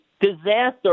disaster